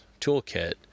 toolkit